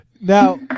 Now